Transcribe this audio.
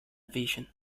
vision